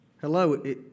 Hello